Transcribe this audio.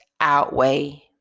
outweigh